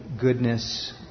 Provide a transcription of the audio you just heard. goodness